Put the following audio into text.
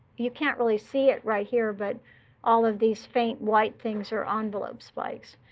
you can't really see it right here, but all of these faint white things are um envelope spikes.